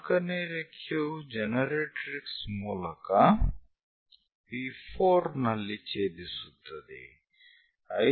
4 ನೇ ರೇಖೆಯು ಜನರೇಟರಿಕ್ಸ್ ಮೂಲಕ P4 ನಲ್ಲಿ ಛೇದಿಸುತ್ತದೆ